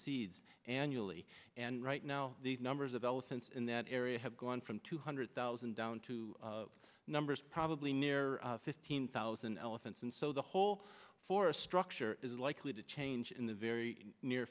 seeds annually and right now these numbers of elephants in that area have gone from two hundred thousand down to numbers probably near fifteen thousand elephants and so the whole forest structure is likely to change in the very near